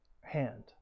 hand